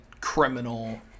criminal